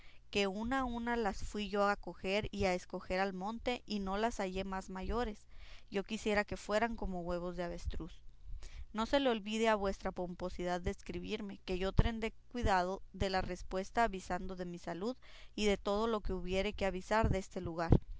que una a una las fui yo a coger y a escoger al monte y no las hallé más mayores yo quisiera que fueran como huevos de avestruz no se le olvide a vuestra pomposidad de escribirme que yo tendré cuidado de la respuesta avisando de mi salud y de todo lo que hubiere que avisar deste lugar